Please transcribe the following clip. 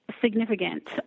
significant